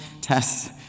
tests